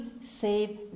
save